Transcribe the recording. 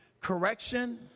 correction